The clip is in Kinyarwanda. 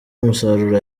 umusaruro